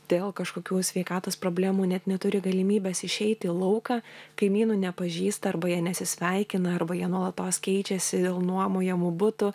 dėl kažkokių sveikatos problemų net neturi galimybės išeiti į lauką kaimynų nepažįsta arba jie nesisveikina arba jie nuolatos keičiasi dėl nuomojamų butų